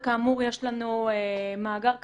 כאמור, יש לנו מאגר כזה.